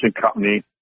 company